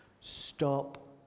stop